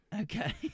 Okay